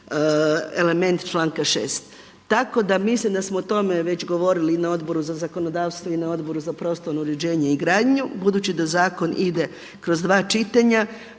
element članka 6. Tako da mislim da smo o tome već govorili i na Odboru za zakonodavstvo i na Odboru za prostorno uređenje i gradnju. Budući da zakon ide kroz dva pitanja